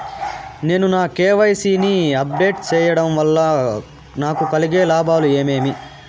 నేను నా కె.వై.సి ని అప్ డేట్ సేయడం వల్ల నాకు కలిగే లాభాలు ఏమేమీ?